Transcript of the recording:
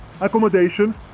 accommodation